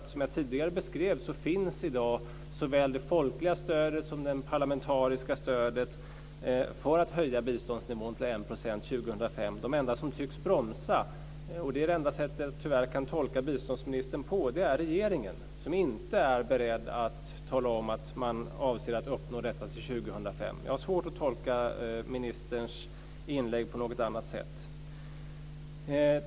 Som jag tidigare beskrev finns i dag såväl det folkliga stödet som det parlamentariska stödet för att höja biståndsnivån till en procent 2005. De enda som tycks bromsa - det är tyvärr det enda sättet jag kan tolka biståndsministern på - är regeringen, som inte är beredd att tala om att man avser att uppnå detta till 2005. Jag har svårt att tolka ministerns inlägg på något annat sätt.